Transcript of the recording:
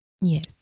Yes